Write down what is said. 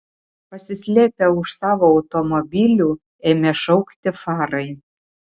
pasislėpę už savo automobilių ėmė šaukti farai